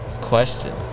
question